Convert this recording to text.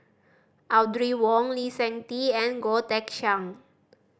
Audrey Wong Lee Seng Tee and Goh Teck Sian